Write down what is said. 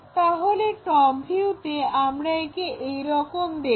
তাহলে টপ ভিউতে আমরা একে এইরকম দেখব